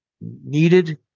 needed